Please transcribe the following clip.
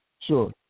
Sure